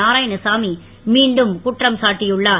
நாராயணசாமி மீண்டும் குற்றம் சாட்டியுள்ளார்